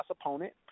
opponent